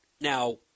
Now